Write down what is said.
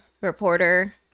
reporter